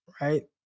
right